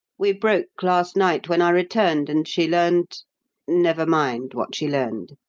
we broke last night, when i returned and she learned never mind what she learned!